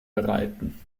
bereiten